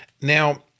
Now